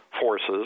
forces